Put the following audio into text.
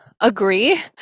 agree